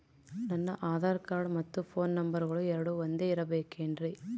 ನನ್ನ ಆಧಾರ್ ಕಾರ್ಡ್ ಮತ್ತ ಪೋನ್ ನಂಬರಗಳು ಎರಡು ಒಂದೆ ಇರಬೇಕಿನ್ರಿ?